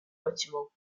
bâtiments